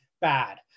bad